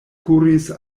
kuris